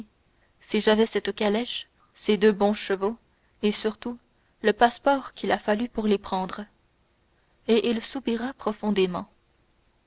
si j'avais cette calèche ces deux bons chevaux et surtout le passeport qu'il a fallu pour les prendre et il soupira profondément